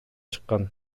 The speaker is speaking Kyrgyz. чыккан